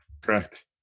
Correct